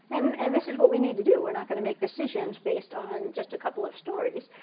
and and this is what we need to do. we're not going to make decisions based on just a couple of stories.